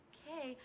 Okay